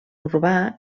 urbà